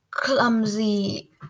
clumsy